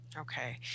Okay